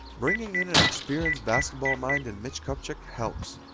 bringing in an experienced basketball mind in mitch kupchak helps.